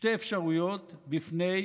שתי אפשרויות בפני